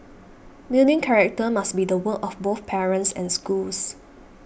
building character must be the work of both parents and schools